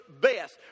best